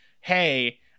hey